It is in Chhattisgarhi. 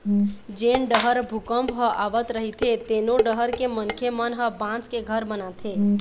जेन डहर भूपंक ह आवत रहिथे तेनो डहर के मनखे मन ह बांस के घर बनाथे